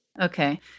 Okay